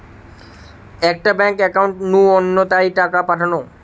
একটা bank account নু অন্য টায় টাকা পাঠানো